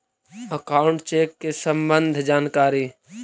Account check के सम्बन्ध जानकारी?